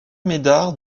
médard